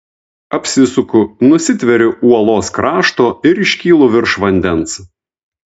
apsisuku nusitveriu uolos krašto ir iškylu virš vandens